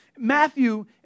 Matthew